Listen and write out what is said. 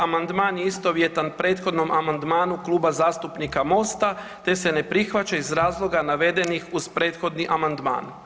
Amandman je istovjetan prethodnom amandmanu Kluba zastupnika MOST-a, te se ne prihvaća iz razloga navedenih uz prethodni amandman.